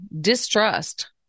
distrust